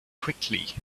quickly